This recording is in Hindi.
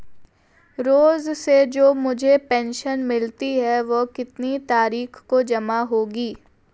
रोज़ से जो मुझे पेंशन मिलती है वह कितनी तारीख को जमा होगी?